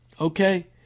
Okay